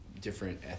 different